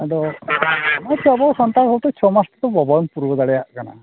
ᱟᱫᱚ ᱚᱱᱟᱛᱮ ᱟᱵᱚ ᱥᱟᱱᱛᱟᱲ ᱦᱚᱭᱛᱳ ᱪᱷᱚ ᱢᱟᱥ ᱛᱮᱫᱚ ᱵᱟᱵᱚᱱ ᱯᱩᱨᱟᱹᱣ ᱫᱟᱲᱮᱭᱟᱜ ᱠᱟᱱᱟ